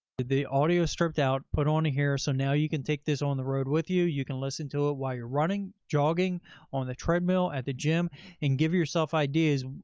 the audio stripped out, put on here. so now you can take this on the road with you. you can listen to it while you're running, jogging on the treadmill at the gym and give yourself ideas,